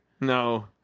no